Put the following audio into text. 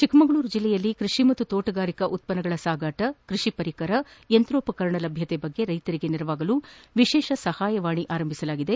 ಚಿಕ್ಕಮಗಳೂರು ಜಿಲ್ಲೆಯಲ್ಲಿ ಕೃಷಿ ಮತ್ತು ತೋಟಗಾರಿಕಾ ಉತ್ಪನ್ನಗಳ ಸಾಗಾಟ ಕೃಷಿ ಪರಿಕರ ಕೃಷಿ ಯಂತೋಪಕರಣ ಲಭ್ಯತೆ ಕುರಿತು ರೈತರಿಗೆ ನೆರವಾಗಲು ವಿಶೇಷ ಸಹಾಯವಾಣಿ ಆರಂಭಿಸಲಾಗಿದೆ